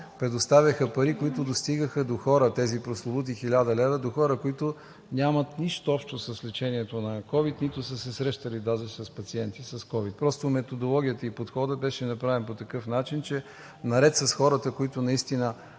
предоставяха пари, които достигаха до хора, които нямат нищо общо с лечението на ковид, нито са се срещали даже с пациенти с ковид. Просто методологията и подходът беше направен по такъв начин, че наред с хората, които наистина